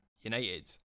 United